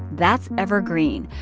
that's evergreen.